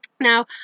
Now